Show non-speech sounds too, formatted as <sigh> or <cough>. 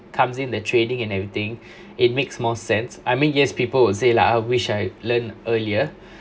comes in the trading and everything <breath> it makes more sense I mean yes people would say lah I wish I learned earlier